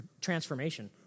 transformation